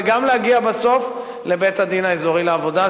וגם להגיע בסוף לבית-הדין האזורי לעבודה,